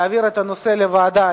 להעביר את הנושא לוועדה.